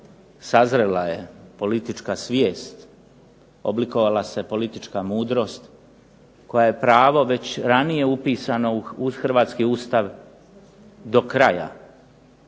sazrela je politička svijest, oblikovala se politička mudrost koja je pravo već ranije upisano u hrvatski Ustav do kraja